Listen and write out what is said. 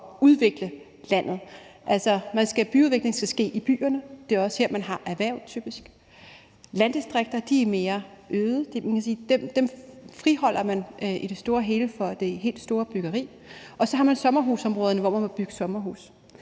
udvikle landet. Byudvikling skal ske i byerne, og det er også typisk her, man har erhverv. Landdistrikter er mere øde, og dem friholder man i det store hele for det helt store byggeri. Og så har man sommerhusområderne, hvor man må bygge sommerhuse.